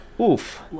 oof